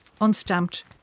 unstamped